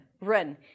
run